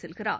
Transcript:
செல்கிறார்